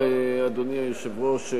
אדוני היושב-ראש,